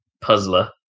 puzzler